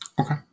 Okay